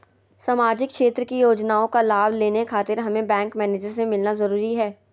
सामाजिक क्षेत्र की योजनाओं का लाभ लेने खातिर हमें बैंक मैनेजर से मिलना जरूरी है?